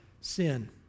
sin